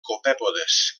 copèpodes